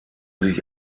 sich